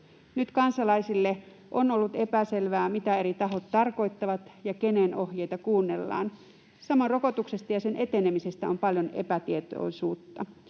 Nyt kansalaisille on ollut epäselvää, mitä eri tahot tarkoittavat ja kenen ohjeita kuunnellaan. Samoin rokotuksesta ja sen etenemisestä on paljon epätietoisuutta.